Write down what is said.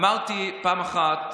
אמרתי פעם אחת,